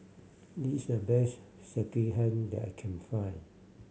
this the best Sekihan that I can find